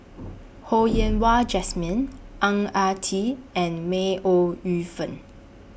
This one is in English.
Ho Yen Wah Jesmine Ang Ah Tee and May Ooi Yu Fen